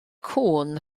cŵn